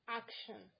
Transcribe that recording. action